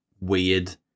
weird